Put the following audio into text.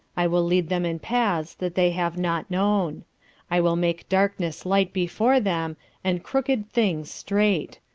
i will lead them in paths that they have not known i will make darkness light before them and crooked things straight.